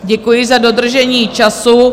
Děkuji za dodržení času.